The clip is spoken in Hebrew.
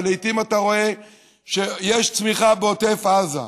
ולעיתים אתה רואה שיש צמיחה בעוטף עזה,